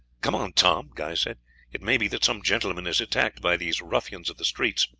come on, tom! guy said it may be that some gentleman is attacked by these ruffians of the streets.